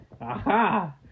Aha